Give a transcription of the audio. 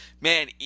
Man